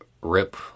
rip